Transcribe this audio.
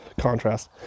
contrast